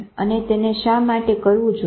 અને તેને શા માટે કરવું જોઈએ